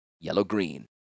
yellow-green